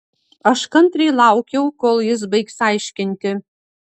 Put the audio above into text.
aš kantriai laukiau kol jis baigs aiškinti